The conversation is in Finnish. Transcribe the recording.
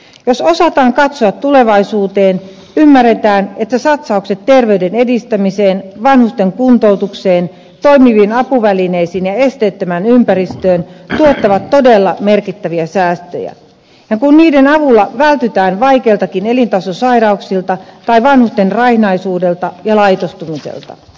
jos osataan katsoa tulevaisuuteen ymmärretään että satsaukset terveyden edistämiseen vanhusten kuntoutukseen toimiviin apuvälineisiin ja esteettömään ympäristöön tuottavat todella merkittäviä säästöjä kun niiden avulla vältytään vaikeiltakin elintasosai rauksilta tai vanhusten raihnaisuudelta ja laitostumiselta